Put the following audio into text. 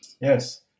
Yes